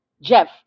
Jeff